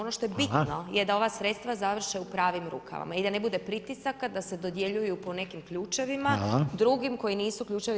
Ono što je bitno je ova sredstva završe u pravim rukama i da ne bude pritisaka da se dodjeljuju po nekim ključevima drugim koji nisu ključevi